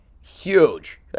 huge